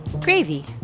Gravy